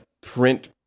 print